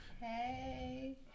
Hey